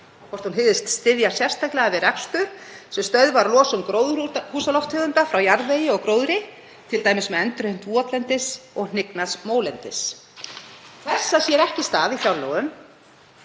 Hvort hún hygðist styðja sérstaklega við rekstur sem stöðvar losun gróðurhúsalofttegunda frá jarðvegi og gróðri, t.d. með endurheimt votlendis og hnignaðs mólendis. Þess sér ekki stað í fjárlögum.